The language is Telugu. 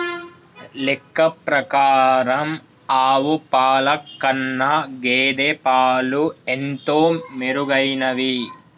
లెక్క ప్రకారం ఆవు పాల కన్నా గేదె పాలు ఎంతో మెరుగైనవి